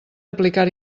aplicar